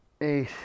eight